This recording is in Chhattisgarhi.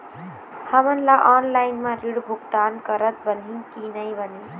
हमन ला ऑनलाइन म ऋण भुगतान करत बनही की नई बने?